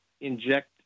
inject